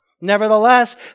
nevertheless